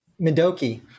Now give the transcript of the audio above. Midoki